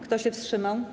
Kto się wstrzymał?